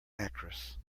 actress